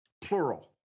plural